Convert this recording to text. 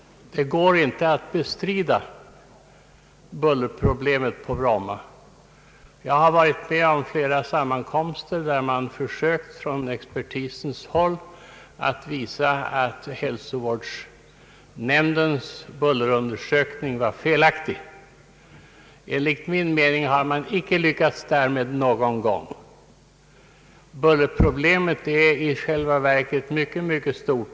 Det går inte att bestrida bullerproblemet på Bromma. Jag har varit med om flera sammankomster där man från experthåll försökt visa att Stockholms hälsovårdsnämnds bullerundersökning var felaktig. Enligt min mening har man inte lyckats därmed någon gång. Bullerproblemet är i själva verket mycket stort.